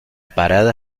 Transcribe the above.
parada